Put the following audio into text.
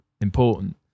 important